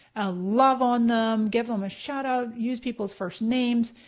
ah love on them, give them a shout out, use people's first names.